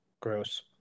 Gross